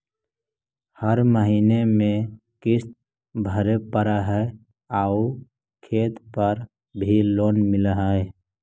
हर महीने में किस्त भरेपरहै आउ खेत पर भी लोन मिल है?